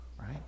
right